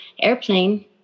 airplane